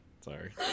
Sorry